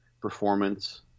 performance